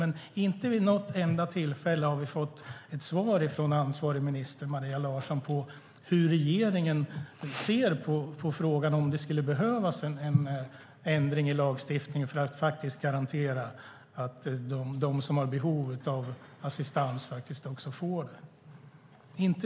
Men inte vid något enda tillfälle har vi fått ett svar från ansvarig minister Maria Larsson om hur regeringen ser på frågan om det skulle behövas en ändring i lagstiftningen för att garantera att de som har behov av assistans också får det.